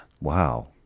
Wow